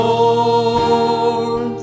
Lord